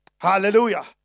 Hallelujah